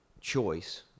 choice